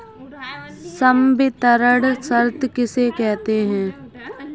संवितरण शर्त किसे कहते हैं?